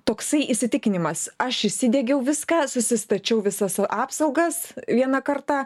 toksai įsitikinimas aš įsidiegiau viską susistačiau visas apsaugas vieną kartą